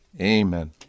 Amen